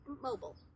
Mobile